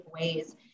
ways